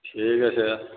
ঠিক আছে